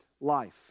life